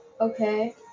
Okay